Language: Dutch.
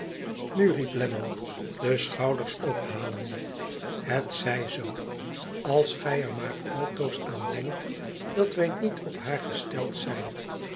nu riep lammie de schouders ophalende het zij zoo als gij er maar altoos aan denkt dat wij niet op haar gesteld zijn